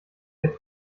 der